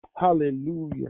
Hallelujah